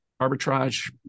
arbitrage